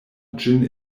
ĝin